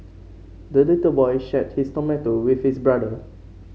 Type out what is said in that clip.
the little boy shared his tomato with his brother